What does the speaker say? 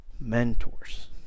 mentors